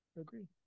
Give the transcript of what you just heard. agree